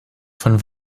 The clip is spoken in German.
von